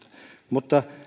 mutta